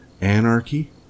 Anarchy